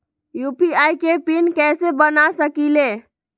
UPI के PIN कैसे बना सकीले?